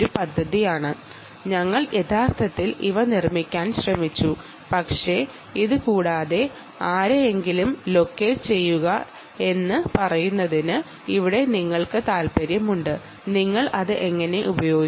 പക്ഷേ ഇത് കൂടാതെ ആരെയെങ്കിലും ലൊക്കേറ്റ് ചെയ്യണമെങ്കിൽ നിങ്ങൾ അത് എങ്ങനെ ചെയ്യും